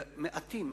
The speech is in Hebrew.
ומעטים,